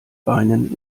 beinen